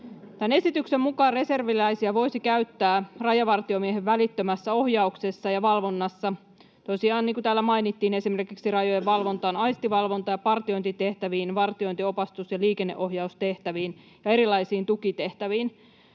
esityksen mukaan reserviläisiä voisi käyttää rajavartiomiehen välittömässä ohjauksessa ja valvonnassa — tosiaan, niin kuin täällä mainittiin, esimerkiksi rajojen valvontaan, aistivalvontaan ja partiointitehtäviin, vartiointi-, opastus- ja liikenteenohjaustehtäviin ja erilaisiin tukitehtäviin.